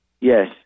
Yes